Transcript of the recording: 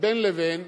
בין לבין,